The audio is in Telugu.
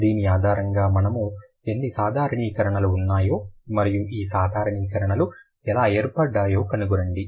దీని ఆధారంగా మనము ఎన్ని సాధారణీకరణలు ఉన్నాయో మరియు ఈ సాధారణీకరణలు ఎలా ఏర్పడ్డాయో కనుగొనండి